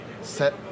set